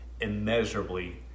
immeasurably